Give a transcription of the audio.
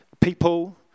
people